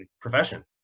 profession